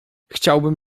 chciałbym